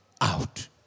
out